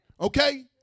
Okay